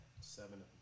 Seven